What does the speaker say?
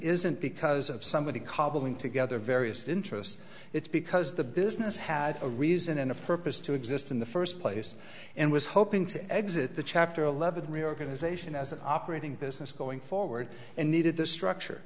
isn't because of somebody cobbling together various interests it's because the business had a reason and a purpose to exist in the first place and was hoping to exit the chapter eleven reorganization as an operating business going forward and needed the structure